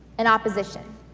an opposition